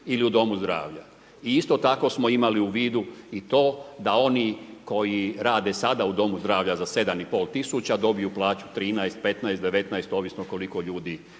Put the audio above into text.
Isto tako smo imali u vidu i to da oni koji rade sada u domu zdravlja za 7 i pol tisuća dobiju plaću 13, 15, 19 ovisno koliko ljudi